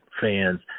fans